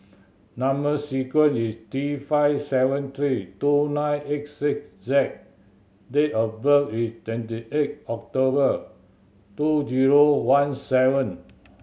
number sequence is T five seven three two nine eight six Z date of birth is twenty eight October two zero one seven